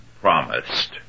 promised